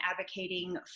advocating